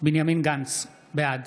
בנימין גנץ, בעד